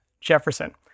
Jefferson